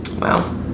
Wow